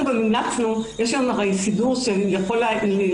אנחנו גם המלצנו יש היום הרי סידור שיכול להעיד